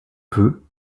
peu